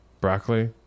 broccoli